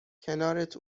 کنارت